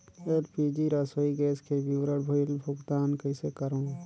LPG रसोई gas के विवरण बिल भुगतान कइसे करों?